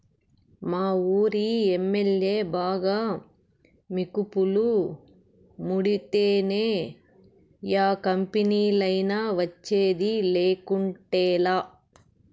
మావూరి MLA బాగా మికుపులు ముడితేనే యా కంపెనీలైనా వచ్చేది, లేకుంటేలా